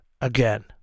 again